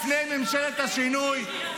לפני ממשלת השינוי,